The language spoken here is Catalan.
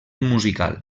musical